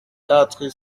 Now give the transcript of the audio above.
quatre